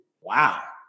Wow